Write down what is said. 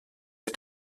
der